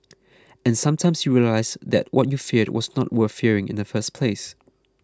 and sometimes you realise that what you feared was not worth fearing in the first place